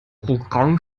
programm